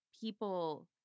people